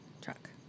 Truck